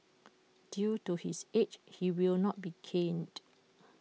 due to his age he will not be caned